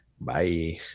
Bye